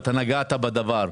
נגעת בדבר.